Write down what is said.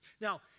Now